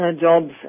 jobs